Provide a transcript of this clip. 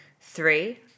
Three